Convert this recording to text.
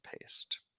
paste